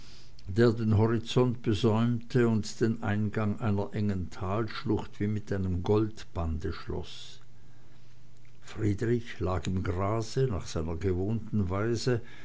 der den horizont besäumte und den eingang einer engen talschlucht wie mit einem goldbande schloß friedrich lag im grase nach seiner gewohnten weise